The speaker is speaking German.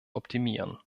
optimieren